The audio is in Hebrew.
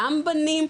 גם בנים,